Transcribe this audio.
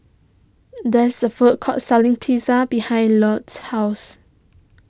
there's a food court selling Pizza behind Lott's house